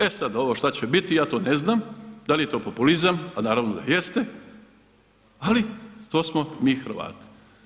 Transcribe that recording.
E sad vo šta će biti, ja to ne znam, da li je to populizam, pa naravno da jeste ali to smo mi Hrvati.